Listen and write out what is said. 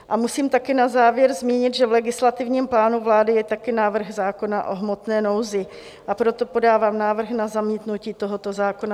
A musím taky na závěr zmínit, že v legislativním plánu vlády je taky návrh zákona o hmotné nouzi, a proto podávám návrh na zamítnutí tohoto zákona.